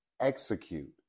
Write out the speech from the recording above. execute